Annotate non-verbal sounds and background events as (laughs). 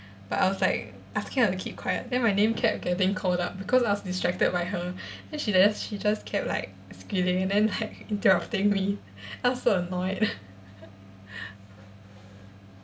but I was like asking her to keep quiet then my name kept getting called up because I was distracted by her then she just she just kept like squealing then like interrupting me I was so annoyed (laughs)